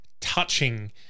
touching